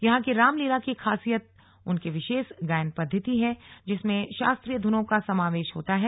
यहां की रामलीला की खासियत उनकी विशेष गायन पद्धति है जिसमें शास्त्रीय धुनों का समावेश होता है